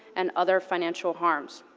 and other financial harms.